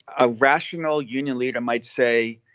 a rational union leader might say,